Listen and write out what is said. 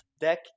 deck